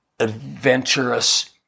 Adventurous